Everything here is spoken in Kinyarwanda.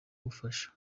gufasha